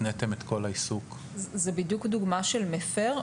התניתם את כל העיסוק --- זוהי בדיוק דוגמה של מפר.